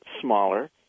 smaller